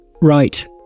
Right